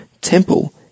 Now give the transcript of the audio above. temple